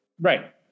Right